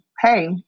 hey